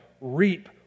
reap